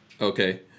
Okay